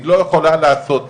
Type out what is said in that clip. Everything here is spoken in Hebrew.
היא לא יכולה לעשות זאת.